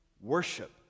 worship